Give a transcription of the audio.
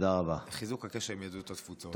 ואמיצה לחיזוק הקשר עם יהדות התפוצות.